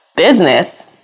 business